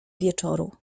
wieczoru